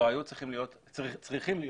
צריכים להיות